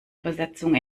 übersetzung